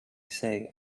say